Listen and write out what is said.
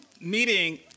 meeting